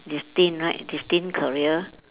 destined right destined career